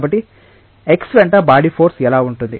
కాబట్టి x వెంట body force ఎలా ఉంటుంది